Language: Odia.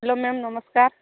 ହେଲୋ ମ୍ୟାମ୍ ନମସ୍କାର